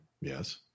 Yes